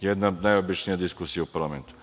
Jedna najobičnija diskusija u parlamentu.